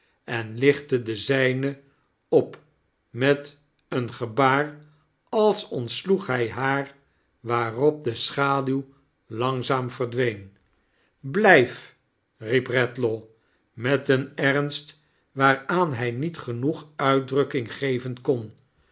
en lichtte de zijine op met een gebaar als ontsloeg hij haar waarop de schaduw langzaam verdween blijf riep redlaw met een ernst waaraan hij niet genoeg uitdrukking geven kon